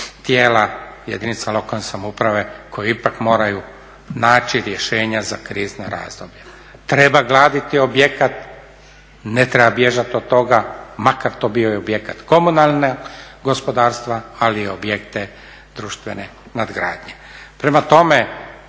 tijela jedinica lokalne samouprave koji ipak moraju naći rješenja za krizna razdoblja. Treba graditi objekat, ne treba bježat od toga makar to bio i objekat komunalnog gospodarstva, ali i objekte društvene nadgradnje. Prema tome,